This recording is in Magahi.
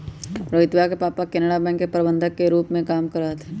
रोहितवा के पापा केनरा बैंक के प्रबंधक के रूप में काम करा हथिन